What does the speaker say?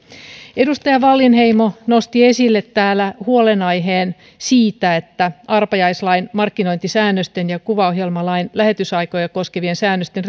edustaja wallinheimo nosti täällä esille huolenaiheen siitä että arpajaislain markkinointisäännösten ja kuvaohjelmalain lähetysaikoja koskevien säännösten